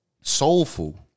soulful